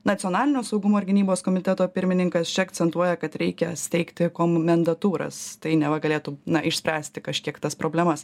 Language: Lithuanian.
nacionalinio saugumo ir gynybos komiteto pirmininkas čia akcentuoja kad reikia steigti komendantūras tai neva galėtų išspręsti kažkiek tas problemas